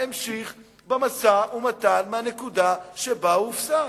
המשיך במשא-ומתן מהנקודה שבה הוא הופסק?